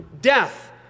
death